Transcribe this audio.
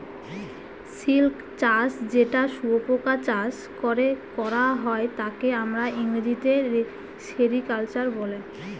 silk চাষ যেটা শুয়োপোকা চাষ করে করা হয় তাকে আমরা ইংরেজিতে সেরিকালচার বলে